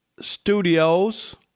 studios